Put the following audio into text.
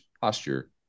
posture